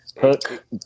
Hook